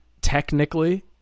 technically